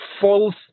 false